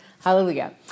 hallelujah